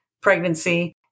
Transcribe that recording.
pregnancy